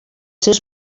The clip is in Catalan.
seus